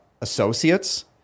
associates